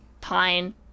Pine